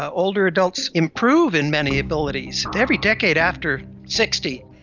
ah older adults improve in many abilities, every decade after sixty.